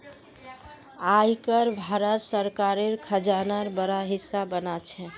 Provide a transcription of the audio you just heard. आय कर भारत सरकारेर खजानार बड़ा हिस्सा बना छे